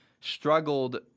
struggled